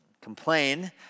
complain